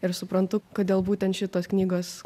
ir suprantu kodėl būtent šitos knygos